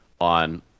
on